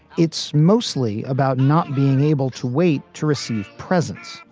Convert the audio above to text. it's mostly about not being able to wait to receive presence,